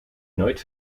nooit